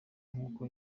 nk’uko